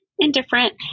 Indifferent